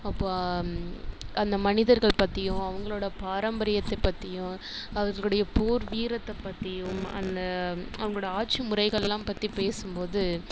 அப்போ அந்த மனிதர்கள் பற்றியும் அவங்களோட பாரம்பரியத்தை பற்றியும் அவர்களுடைய போர் வீரத்தை பற்றியும் அந்த அவங்களோட ஆட்சி முறைகள்லாம் பற்றி பேசும்போது